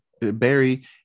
Barry